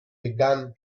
began